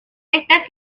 estas